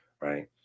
Right